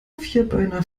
vierbeiner